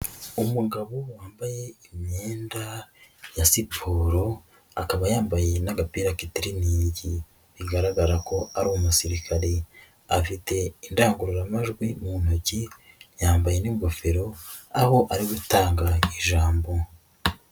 Umugabo wambaye imyenda ya siporo akaba yambaye n'agapira k'itiriningi bigaragara ko ari umusirikare, afite indangururamajwi mu ntoki, yambaye n'ingofero aho ari gutanga ijambo.